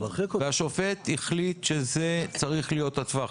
והשופט החליט שזה צריך להיות הטווח,